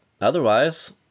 otherwise